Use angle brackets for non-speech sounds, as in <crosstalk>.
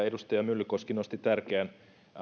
<unintelligible> edustaja myllykoski nosti tärkeän